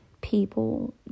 people